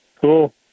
cool